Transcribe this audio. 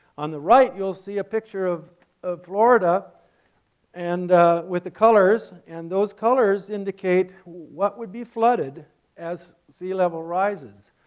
on the right you'll see a picture of of florida and with the colors and those colors indicate what would be flooded as sea level rises.